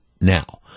Now